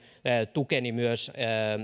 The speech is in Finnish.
tukeni myös